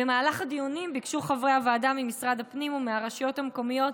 במהלך הדיונים ביקשו חברי הוועדה ממשרד הפנים ומהרשויות המקומיות